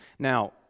Now